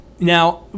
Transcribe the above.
now